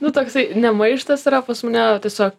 nu toksai ne maištas yra pas mane o tiesiog